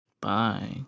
Bye